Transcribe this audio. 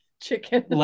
Chicken